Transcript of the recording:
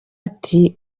ati